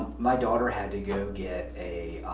my daughter had to go get a